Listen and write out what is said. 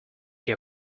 your